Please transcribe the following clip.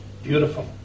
Beautiful